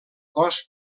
cos